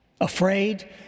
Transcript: afraid